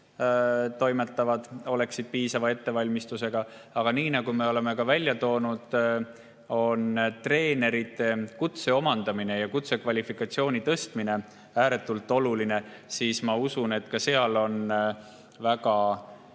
toimetavad, oleksid saanud piisava ettevalmistuse. Aga nagu me oleme välja toonud, on treenerikutse omandamine ja kutsekvalifikatsiooni tõstmine ääretult oluline, ning ma usun, et treenerite